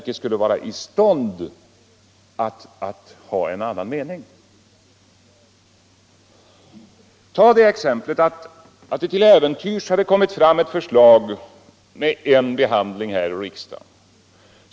Låt oss ta det exemplet att det efter en behandling här i riksdagen till äventyrs framkommit ett förslag som tänder en folkopinion.